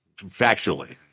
Factually